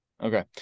Okay